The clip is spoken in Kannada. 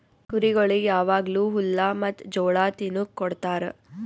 ಕುರಿಗೊಳಿಗ್ ಯಾವಾಗ್ಲೂ ಹುಲ್ಲ ಮತ್ತ್ ಜೋಳ ತಿನುಕ್ ಕೊಡ್ತಾರ